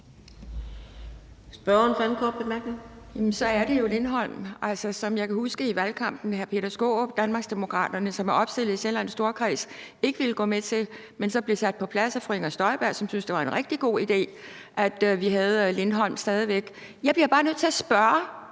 så er det jo Lindholm, som jeg kan huske fra valgkampen at hr. Peter Skaarup, Danmarksdemokraterne, som er opstillet i Sjællands Storkreds, ikke ville gå med til, men så blev sat på plads af fru Inger Støjberg, som syntes, det var en rigtig god idé, at vi stadig væk havde Lindholm. Jeg bliver bare nødt til at spørge,